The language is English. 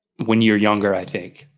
when you're younger, i think.